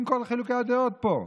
עם כל חילוקי הדעות פה,